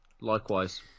Likewise